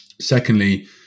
Secondly